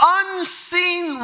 unseen